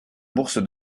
bourse